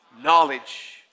knowledge